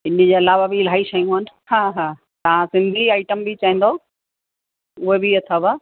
इनजे अलावा बि इलाही शयूं आहिनि हा हा तां सिंधी आइटम बि चईंदव उहे बि अथव